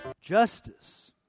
Justice